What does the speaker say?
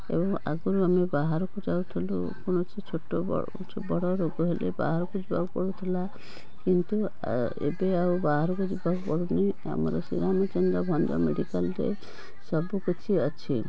ଏବଂ ଆଗରୁ ଆମେ ବାହାରକୁ ଯାଉଥିଲୁ କୌଣସି ଛୋଟ ବଡ଼ ରୋଗ ହେଲେ ବାହାରକୁ ଯିବାକୁ ପଡ଼ୁଥିଲା କିନ୍ତୁ ଏବେ ଆଉ ବାହାରକୁ ଯିବାକୁ ପଡ଼ୁନି ଆମର ଶ୍ରୀ ରାମଚନ୍ଦ୍ରଭଞ୍ଜ ମେଡ଼ିକାଲରେ ସବୁ କିଛି ଅଛି